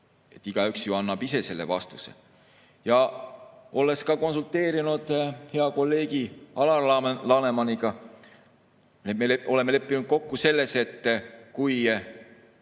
Igaüks annab ise selle vastuse. Ja olles ka konsulteerinud hea kolleegi Alar Lanemaniga, oleme leppinud kokku selles, et kui